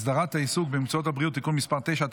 הסדרת העיסוק במקצועות הבריאות (תיקון מס' 9),